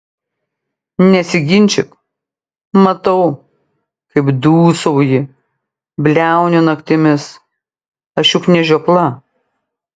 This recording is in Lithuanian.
nesiginčyk matau kaip dūsauji bliauni naktimis aš juk ne žiopla